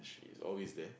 she's always there